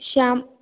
श्याम्